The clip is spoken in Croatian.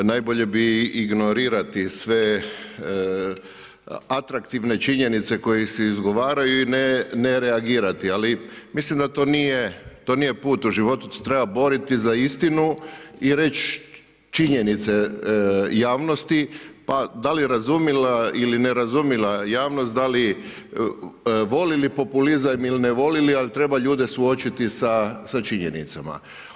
Najbolje bi ignorirati sve atraktivne činjenice koje se izgovaraju i ne reagirati, ali mislim da to nije put u životu, to treba boriti za istinu i reći činjenice javnosti, pa da li razumila ili ne razumila javnost, da li volili populizam ili ne volili, ali treba ljude suočiti sa činjenicama.